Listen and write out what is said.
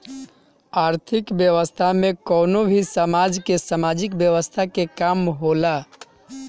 आर्थिक व्यवस्था में कवनो भी समाज के सामाजिक व्यवस्था के काम होला